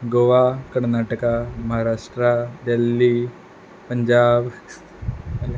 गोवा कर्नाटका महाराष्ट्रा दिल्ली पंजाब आनी